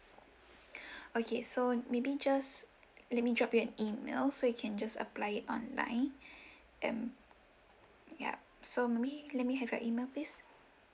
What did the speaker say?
okay so maybe just let me drop you an email so you can just apply it online and ya so may let me have your email please